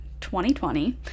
2020